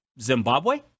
Zimbabwe